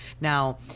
Now